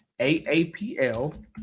aapl